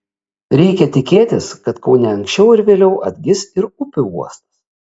reikia tikėtis kad kaune anksčiau ar vėliau atgis ir upių uostas